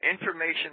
information